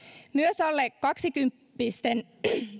myös alle kaksikymppisten